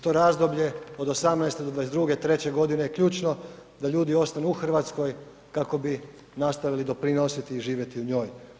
To razdoblje od 18. do 22., 23. godine je ključno da ljudi ostanu u Hrvatskoj kako bi nastavili doprinositi i živjeti u njoj.